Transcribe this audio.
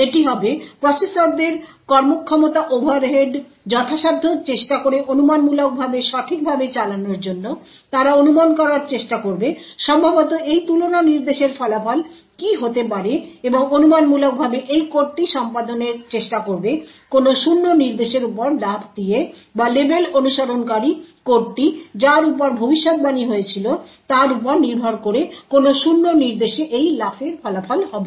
এটি হবে প্রসেসরদের কর্মক্ষমতা ওভারহেড যথাসাধ্য চেষ্টা করে অনুমানমূলকভাবে সঠিকভাবে চালানোর জন্য তারা অনুমান করার চেষ্টা করবে সম্ভবত এই তুলনা নির্দেশের ফলাফল কী হতে পারে এবং অনুমানমূলকভাবে এই কোডটি সম্পাদনার চেষ্টা করবে কোনো শূন্য নির্দেশের উপর লাফ দিয়ে বা লেবেল অনুসরণকারী কোডটি যার উপর ভবিষ্যদ্বাণী হয়েছিল তার উপর নির্ভর করে কোন শূন্য নির্দেশে এই লাফের ফলাফল হবে